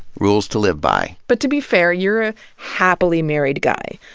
rules to live by. but, to be fair, you're a happily married guy.